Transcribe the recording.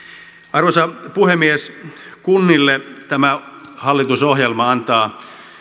arvoisa puhemies kunnille tämä hallitusohjelma antaa